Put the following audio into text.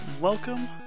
Welcome